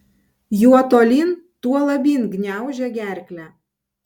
juo tolyn tuo labyn gniaužia gerklę